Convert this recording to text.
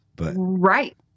Right